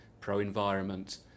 pro-environment